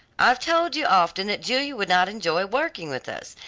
i've told you often that julia would not enjoy working with us,